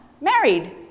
married